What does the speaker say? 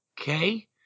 okay